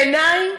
בעיני,